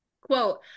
Quote